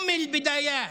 גבירת הארץ,